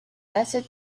based